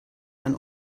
ein